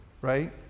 right